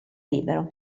libero